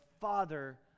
father